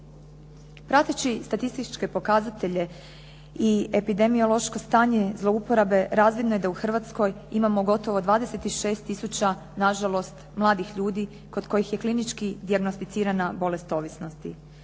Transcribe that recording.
Prateći statističke pokazatelje i epidemiološko stanje zlouporabe razvidno je da u Hrvatskoj imamo gotovo 26 tisuća na žalost mladih ljudi kod kojih je klinički dijagnosticirana bolest ovisnosti.